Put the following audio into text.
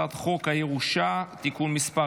אני קובע כי הצעת החוק הגישה לתוכן דיגיטלי